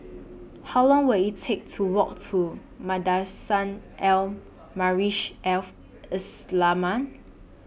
How Long Will IT Take to Walk to Madrasah Al Al Islamiah